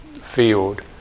field